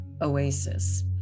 oasis